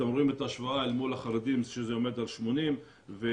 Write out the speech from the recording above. אתם רואים את ההשוואה מול החרדים שזה עומד על 80 ובחברה